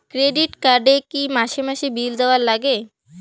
Credit card এ কি মাসে মাসে বিল দেওয়ার লাগে?